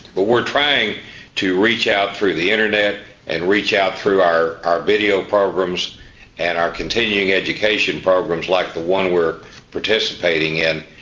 but we're trying to reach out through the internet and reach out through our our video programs and our continuing education programs like the one we're participating in.